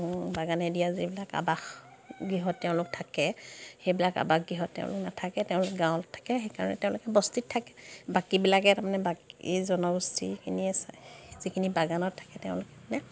বাগানে দিয়া যিবিলাক আৱাস গৃহত তেওঁলোক থাকে সেইবিলাক আৱাস গৃহত তেওঁলোক নাথাকে তেওঁলোকে গাঁৱত থাকে সেইকাৰণে তেওঁলোকে বস্তিত থাকে বাকীবিলাকে তাৰমানে বাকী জনগোষ্ঠীখিনিয়ে যিখিনি বাগানত থাকে তেওঁলোকে মানে